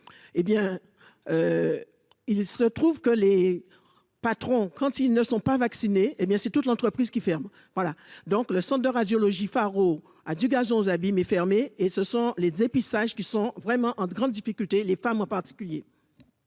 hé bien. Il se trouve que les patrons quand ils ne sont pas vaccinés, hé bien c'est toute l'entreprise qui ferme, voilà donc le centre de radiologie à du gaz 11 fermée et ce sont les épices dépistages qui sont vraiment en grande difficulté, les femmes en particulier.